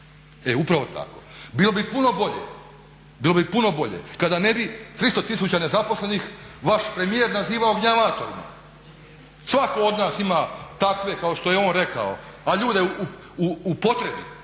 bi puno bolje, bilo bi puno bolje kada ne bi 300 tisuća nezaposlenih vaš premijer nazivao gnjavatorima. Svako od nas ima takve kao što je on rekao, a ljude u potrebi